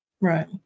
Right